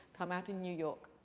come out in new york.